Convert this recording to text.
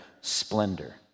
splendor